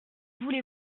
voulez